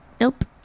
Nope